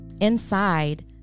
Inside